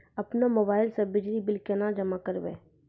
अपनो मोबाइल से बिजली बिल केना जमा करभै?